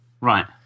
Right